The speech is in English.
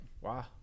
Wow